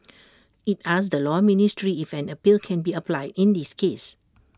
IT asked the law ministry if an appeal can be applied in this case